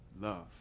love